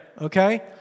okay